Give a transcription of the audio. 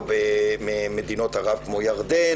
או במדינות ערב כמו ירדן,